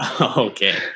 Okay